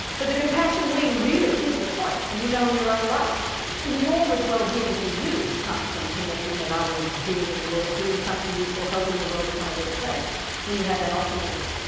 but the compassion wing really is the point and you know in your own life enormous wellbeing for you comes from connecting with others, being at work, doing something useful, helping the world become a better place when you have that optimism.